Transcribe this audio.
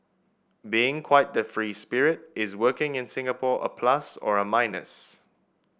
being quite the free spirit is working in Singapore a plus or a minus